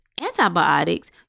antibiotics